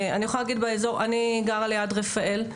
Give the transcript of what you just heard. אני גרה ליד רפאל,